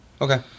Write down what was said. Okay